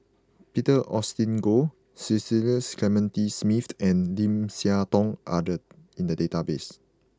Peter Augustine Goh Cecil Clementi Smith and Lim Siah Tong are in the database